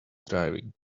driving